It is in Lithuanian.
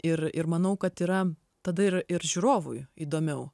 ir ir manau kad yra tada ir ir žiūrovui įdomiau